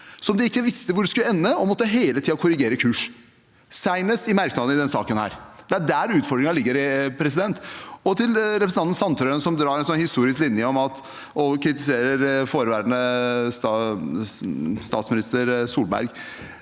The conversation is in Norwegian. de ikke visste hvor skulle ende, og de måtte hele tiden korrigere kursen, senest i merknader i denne saken. Det er der utfordringen ligger. Til representanten Sandtrøen, som drar en historisk linje og kritiserer forhenværende statsminister Solberg: